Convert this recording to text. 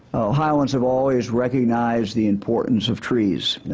ohioans have always recognized the importance of trees,